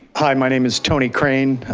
hi my name is tony crane,